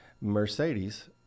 mercedes